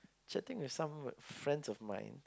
chatting with some friends of mine